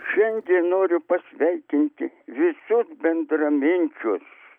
šiandien noriu pasveikinti visus bendraminčius